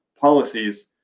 policies